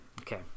Okay